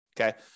okay